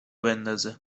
بندازه